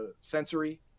sensory